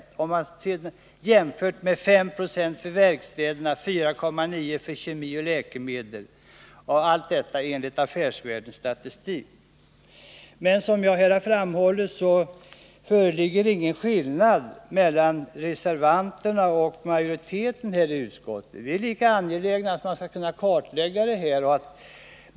Verkstäderna hade nettovinstmarginaler på 5 26 och kemi och läkemedel på 4,9 20 — allt detta enligt Affärsvärldens statistik. Men som jag här har framhållit föreligger det ingen skillnad mellan reservanternas och utskottsmajoritetens uppfattning. Vi är lika angelägna om en kartläggning härvidlag.